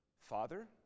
Father